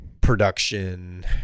production